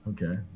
Okay